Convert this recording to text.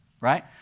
right